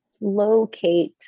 locate